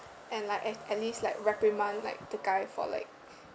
and like at at least like reprimand like the guy for like